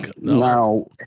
now